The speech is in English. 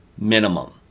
Minimum